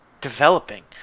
developing